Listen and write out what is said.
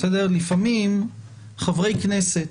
לפעמים חברי כנסת